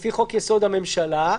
לפי חוק יסוד: הממשלה,